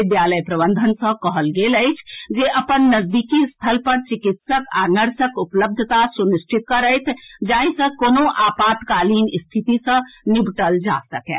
विद्यालय प्रबंधन सँ कहल गेल अछि जे अपन नजदीकी स्थल पर चिकित्सक आ नर्सक उपलब्धता सुनिश्चित करथि जाहि सँ कोनो आपातकालीन स्थिति सँ निपटल जा सकए